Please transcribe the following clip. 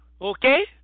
Okay